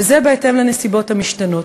וזה בהתאם לנסיבות המשתנות.